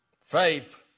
Faith